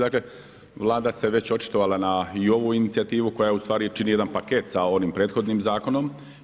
Dakle Vlada se već očitovala na i ovu inicijativu koja ustvari čini jedan paket sa onim prethodnim zakonom.